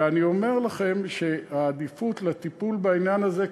ואני אומר לכם שיש עדיפות לטיפול בעניין הזה,